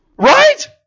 Right